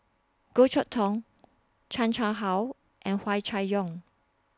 Goh Chok Tong Chan Chang How and Hua Chai Yong